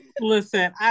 Listen